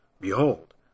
Behold